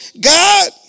God